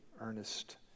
earnest